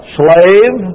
slave